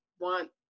want